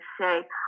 say